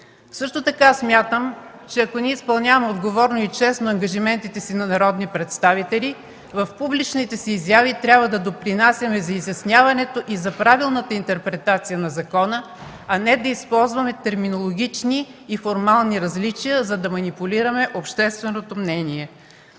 Също така смятам, че ако ние изпълняваме отговорно и честно ангажиментите си на народни представители в публичните си изяви, трябва да допринасяме за изясняването и за правилната интерпретация на закона, а не да използваме терминологични и формални различия, за да манипулираме общественото мнение.